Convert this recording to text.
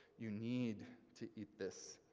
you need to eat this.